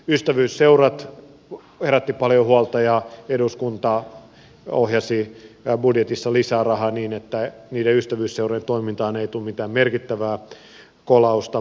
ystävyysseurat herättivät paljon huolta ja eduskunta ohjasi budjetissa lisää rahaa niin että niiden toimintaan ei tule mitään merkittävää kolausta